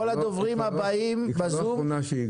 כל הדוברים הבאים שתי